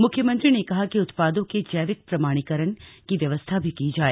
मुख्यमंत्री ने कहा कि उत्पादों के जैविक प्रमाणीकरण की व्यवस्था भी की जाए